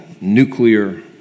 nuclear